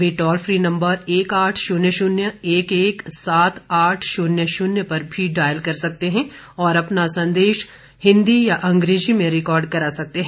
वे toll free number एक आठ शून्य शून्य एक एक सात आठ शून्य शून्य पर भी डायल कर सकते हैं और अपना संदेश हिंदी या अंग्रेजी में रिकॉर्ड कर सकते हैं